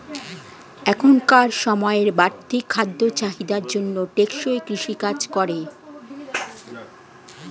এখনকার সময়ের বাড়তি খাদ্য চাহিদার জন্য টেকসই কৃষি কাজ করে